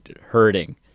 hurting